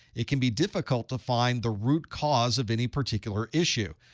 it can be difficult to find the root cause of any particular issue.